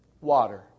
water